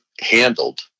handled